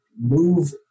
move